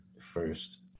first